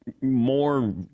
more